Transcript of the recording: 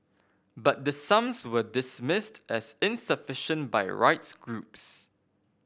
but the sums were dismissed as insufficient by rights groups